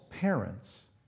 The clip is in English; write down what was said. parents